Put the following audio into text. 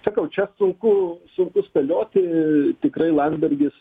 sakau čia sunku sunku spėlioti tikrai landsbergis